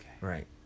Right